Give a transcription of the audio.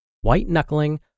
white-knuckling